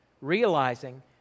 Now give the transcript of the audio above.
realizing